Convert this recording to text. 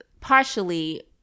partially